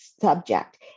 subject